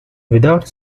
without